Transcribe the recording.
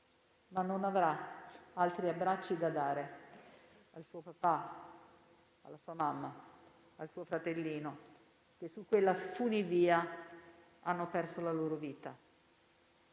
ma non avrà altri abbracci da dare al suo papà, alla sua mamma, al suo fratellino, che su quella funivia hanno perso la loro vita.